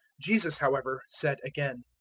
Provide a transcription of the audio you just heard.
jesus, however, said again,